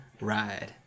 ride